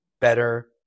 better